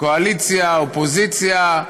קואליציה, אופוזיציה.